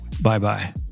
Bye-bye